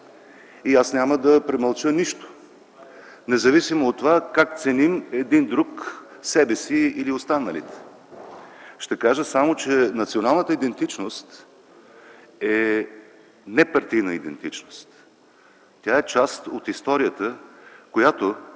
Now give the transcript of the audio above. Аз няма да премълча нищо, независимо от това как ценим един друг себе си или останалите. Ще кажа само, че националната идентичност е непартийна идентичност. Тя е част от историята, която